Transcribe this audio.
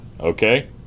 okay